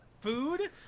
food